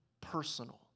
personal